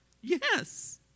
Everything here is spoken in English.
Yes